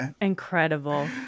Incredible